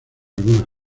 algunas